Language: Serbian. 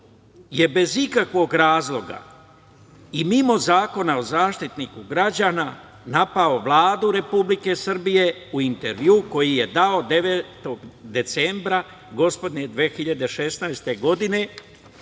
je bez ikakvog razloga i mimo Zakona o Zaštitniku građana napao Vladu Republike Srbije u intervjuu koji je dao 9. decembra 2016. godine,